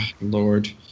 lord